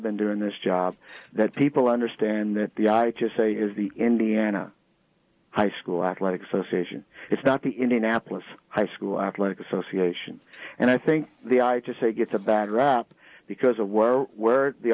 been doing this job that people understand that the i just say is the indiana high school athletics us asian it's not the indianapolis high school athletic association and i think the i to say gets a bad rap because of where where the